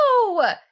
No